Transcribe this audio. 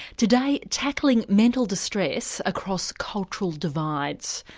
today, tackling mental distress across cultural divides,